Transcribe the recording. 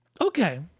Okay